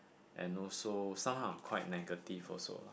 and also somehow I'm quite negative also